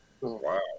wow